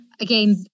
again